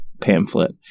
pamphlet